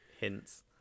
hints